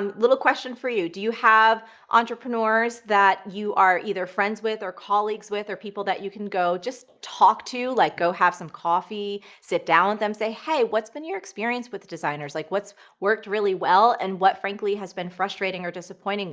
um little question for you. do you have entrepreneurs that you are either friends with or colleagues with, or people that you can go just talk to, like go have some coffee, sit down with them, say, hey, what's been your experience with designers? like, what's worked really well, and what, frankly, has been frustrating or disappointing